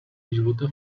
života